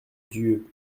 dieu